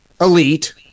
elite